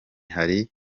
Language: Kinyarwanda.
hari